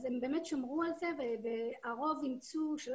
הם שמרו על זה והרוב אימצו את שיחות הווידיאו לתקשר מרחוק.